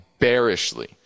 bearishly